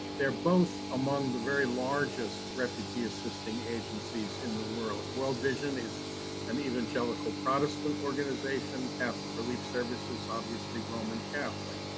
they're both among the very largest refugee assisting agencies in the world. world vision is an evangelical protestant organization. catholic relief service is obviously roman catholic.